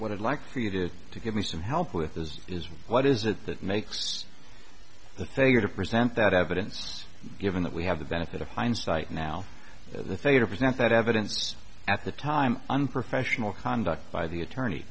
what i'd like you did to give me some help with this is what is it that makes the failure to present that evidence given that we have the benefit of hindsight now at the fate of present that evidence at the time unprofessional conduct by the attorney